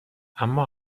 اما